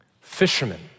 fishermen